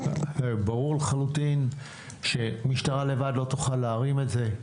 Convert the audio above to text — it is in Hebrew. ברור לחלוטין שהמשטרה לבד לא תוכל להרים את זה.